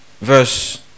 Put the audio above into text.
verse